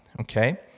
Okay